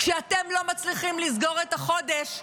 כשאתם לא מצליחים לסגור את החודש,